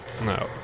No